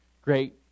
great